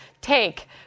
take